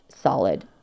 Solid